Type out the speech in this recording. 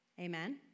Amen